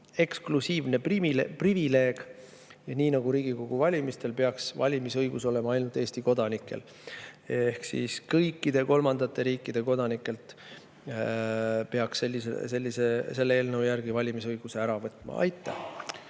eksklusiivne privileeg, nii nagu Riigikogu valimistel on valimisõigus ainult Eesti kodanikel. Kõikide kolmandate riikide kodanikelt peaks selle eelnõu järgi valimisõiguse ära võtma. Aitäh!